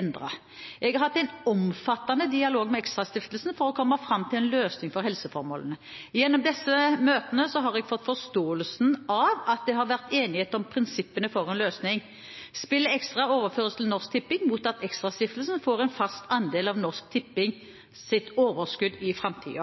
endret. Jeg har hatt en omfattende dialog med ExtraStiftelsen for å komme fram til en løsning for helseformålene. I disse møtene har jeg fått forståelsen av at det har vært enighet om prinsippene for en løsning: Spillet Extra overføres til Norsk Tipping mot at ExtraStiftelsen får en fast andel av Norsk Tippings overskudd i